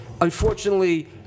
Unfortunately